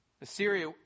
Assyria